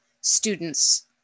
students